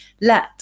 let